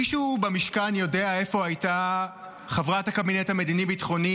מישהו במשכן יודע איפה הייתה חברת הקבינט המדיני-ביטחוני,